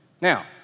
Now